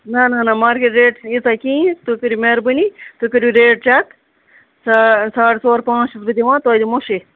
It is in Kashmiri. نہ نہ نہ مارکیٚٹ ریٹ ییٖژاہ کِہیٖنۍ تُہۍ کٔرِو مہربٲنی تُہ کٔرِو ریٹ چَک ساڑ ژور پانٛژھ چھَس بہٕ دِوان تۄہہِ دِمو شےٚ